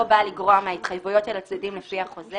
בא לגרוע מההתחייבויות של הצדדים לפי החוזה,